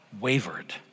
wavered